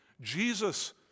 jesus